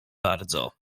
bardzo